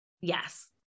Yes